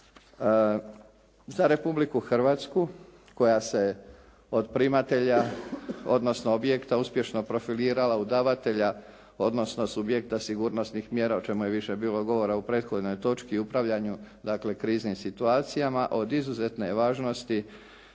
Za Republiku Hrvatsku koja se od primatelja, odnosno objekta uspješno profilirala u davatelja, odnosno subjekta sigurnosnih mjera o čemu je više bilo govora u prethodnoj točki i upravljanju dakle kriznim situacijama od izuzetne je važnosti